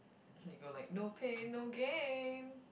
they go like no pain no gain